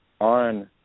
on